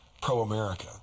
pro-America